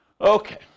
Okay